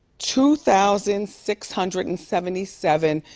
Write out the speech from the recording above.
two thousand six hundred and seventy seven.